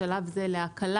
בשלב זה להקלה,